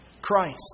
Christ